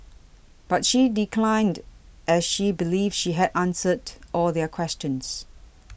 but she declined as she believes she had answered all their questions